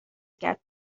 کرد